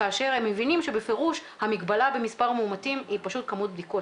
כאשר הם מבינים שבפירוש המגבלה במספר המאומתים היא פשוט כמות בדיקות.